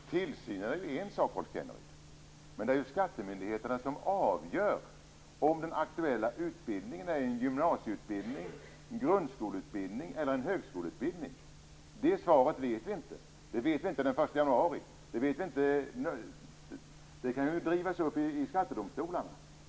Herr talman! Tillsynen är en sak, Rolf Kenneryd. Men det är skattemyndigheterna som avgör om den aktuella utbildningen är en gymnasieutbildning, en grundskoleutbildning eller en högskoleutbildning. Svaret vet vi inte den 1 januari. Det kan drivas upp till skattedomstolarna.